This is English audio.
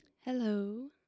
hello